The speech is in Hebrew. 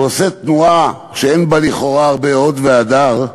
ועושה תנועה שאין בה לכאורה הרבה הוד והדר,